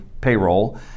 payroll